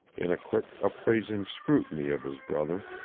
in a quick, appraising scrutiny of his brother.